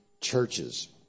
churches